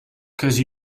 cause